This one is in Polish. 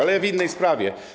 Ale ja w innej sprawie.